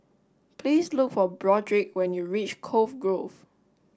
please look for Broderick when you reach Cove Grove